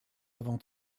avant